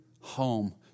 home